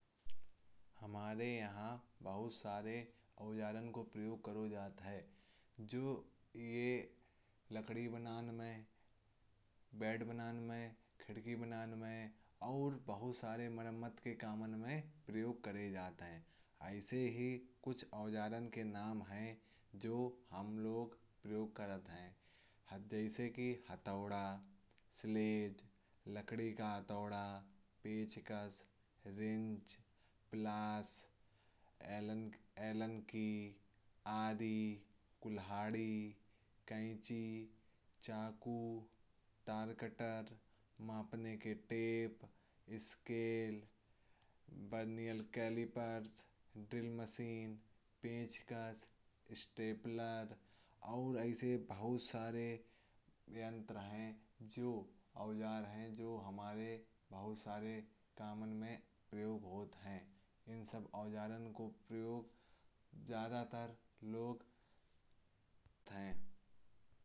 हमारे यहाँ बहुत सारे औजार को प्रयोग किया जाता है। जो यह लकड़ी बनाने, बेड़ बनाने, खिड़की बनाने। और बहुत सारे मरम्मत के काम में प्रयोग होते हैं। ऐसे ही कुछ औजारों के नाम हैं जो हम लोग प्रयोग करते हैं। जैसेकि हटा, स्लेट, लकड़ी का थोड़ा पेचकस, रिंच, पिलास, एलन। कुल्हाड़ी, खींची, चाकू, तार कटारने के tape, scale, vernier. Callipers, drill, machine, भेज, कांस्टेबल, और ऐसे बहुत सारे व्यक्ति हैं। ये औजार हमारे बहुत सारे कामों में प्रयोग होते हैं। इन सब औजारों को ज्यादातर लोग इस्तेमाल करते हैं।